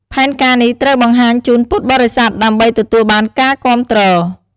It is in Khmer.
ផែនការនេះត្រូវបង្ហាញជូនពុទ្ធបរិស័ទដើម្បីទទួលបានការគាំទ្រ។